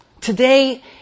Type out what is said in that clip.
Today